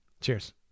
Cheers